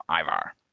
Ivar